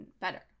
better